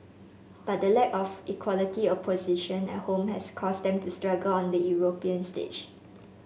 but the lack of equality opposition at home has caused them to struggle on the European stage